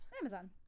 Amazon